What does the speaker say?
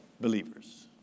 believers